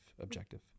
objective